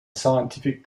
scientific